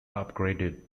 upgraded